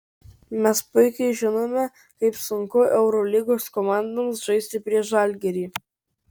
mes puikiai žinome kaip sunku eurolygos komandoms žaisti prieš žalgirį